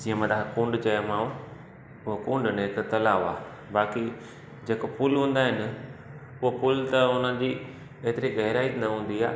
जीअं मां तव्हांखे कुंड चयोमांव उह कुंड अने हिकु तलाव आहे बाक़ी जेको पूल हूंदा आहिनि उहे पूल त हुनजी एतिरी गहिराई बि न हूंदी आहे